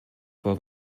for